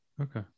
Okay